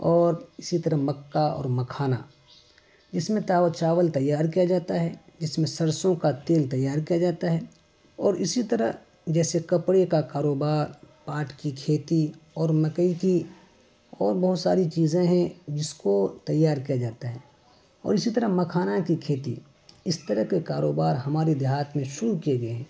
اور اسی طرح مکہ اور مکھانہ جس میں تاوا چاول تیار کیا جاتا ہے جس میں سرسوں کا تیل تیار کیا جاتا ہے اور اسی طرح جیسے کپڑے کا کاروبار پاٹ کی کھیتی اور مکئی کی اور بہت ساری چیزیں ہیں جس کو تیار کیا جاتا ہے اور اسی طرح مکھانہ کی کھیتی اس طرح کے کاروبار ہمارے دیہات میں شروع کیے گئے ہیں